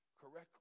correctly